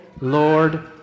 Lord